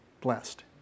blessed